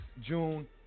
June